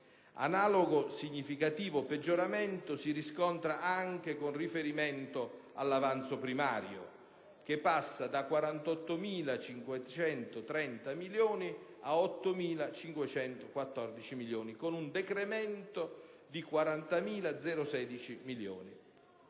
analogo significativo peggioramento si riscontra anche con riferimento all'avanzo primario, che passa da 48.530 milioni a 8.514 milioni, con un decremento di 40.016 milioni.